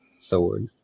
sword